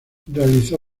realizó